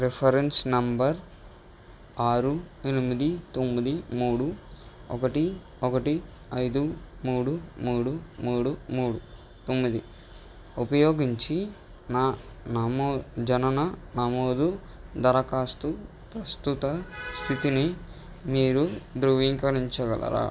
reference number ఆరు ఎనిమిది తొమ్మిది మూడు ఒకటి ఒకటి ఐదు మూడు మూడు మూడు మూడు తొమ్మిది ఉపయోగించి నా జనన నమోదు దరఖాస్తు ప్రస్తుత స్థితిని మీరు ధృవీకరించగలరా